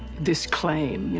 this claim,